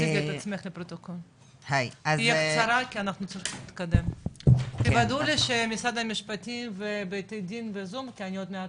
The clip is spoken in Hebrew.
היי,